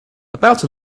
about